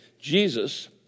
Jesus